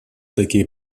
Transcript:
такие